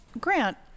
grant